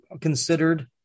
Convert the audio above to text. considered